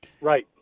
right